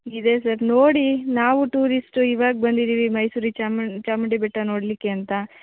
ಇದೆ ಸರ್ ನೋಡಿ ನಾವು ಟೂರಿಸ್ಟು ಇವಾಗ ಬಂದಿದೀವಿ ಮೈಸೂರಿಗೆ ಚಾಮುಂಡಿ ಚಾಮುಂಡಿ ಬೆಟ್ಟ ನೋಡಲಿಕ್ಕೆ ಅಂತ